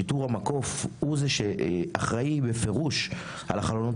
שיטור המקוף הוא זה שאחראי בפירוש על החלונות